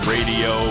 Radio